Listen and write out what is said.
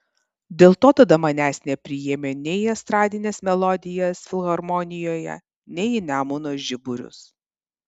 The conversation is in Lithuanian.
dėl to tada manęs nepriėmė nei į estradines melodijas filharmonijoje nei į nemuno žiburius